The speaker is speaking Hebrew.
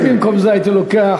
אני במקום זה הייתי לוקח